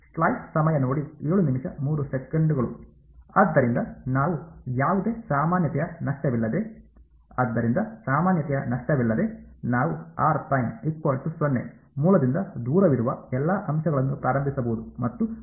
ಆದ್ದರಿಂದ ನಾವು ಯಾವುದೇ ಸಾಮಾನ್ಯತೆಯ ನಷ್ಟವಿಲ್ಲದೆ ಆದ್ದರಿಂದ ಸಾಮಾನ್ಯತೆಯ ನಷ್ಟವಿಲ್ಲದೆ ನಾವು ಮೂಲದಿಂದ ದೂರವಿರುವ ಎಲ್ಲಾ ಅಂಶಗಳನ್ನು ಪ್ರಾರಂಭಿಸಬಹುದು ಮತ್ತು ಪರಿಗಣಿಸಬಹುದು